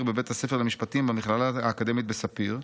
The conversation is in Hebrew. בבית הספר למשפטים במכללה האקדמית בספיר.